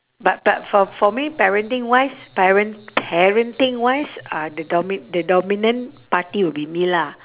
but but for for me parenting wise parent parenting wise uh the domi~ the dominant party will be me lah